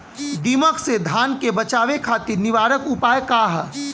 दिमक से धान के बचावे खातिर निवारक उपाय का ह?